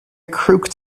crooked